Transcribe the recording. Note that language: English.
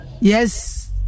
Yes